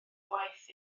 gwaith